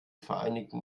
vereinigten